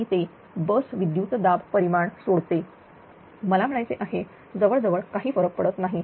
आणि ते बस विद्युत दाब परिमाण सोडते मला म्हणायचे आहे जवळजवळ काही फरक पडत नाही